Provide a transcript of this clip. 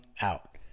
out